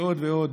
ועוד ועוד.